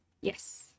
Yes